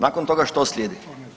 Nakon toga što slijedi?